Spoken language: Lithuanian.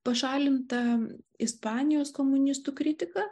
pašalinta ispanijos komunistų kritika